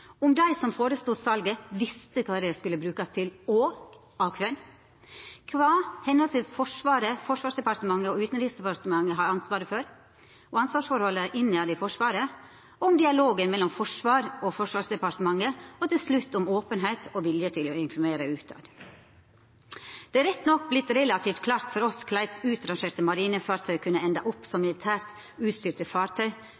om dei som stod for salet, visste kva dei skulle brukast til, og av kven kva høvesvis Forsvaret, Forsvarsdepartementet og Utanriksdepartementet har ansvaret for korleis ansvarsforholda internt i Forsvaret er korleis dialogen mellom Forsvaret og Forsvarsdepartementet er om det er openheit og vilje til å informere ut Det har rett nok vorte relativt klart for oss korleis utrangerte marinefartøy kunne enda opp som